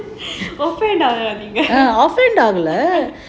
ஆகாதீங்க:aagaatheenga